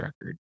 record